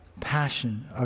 passion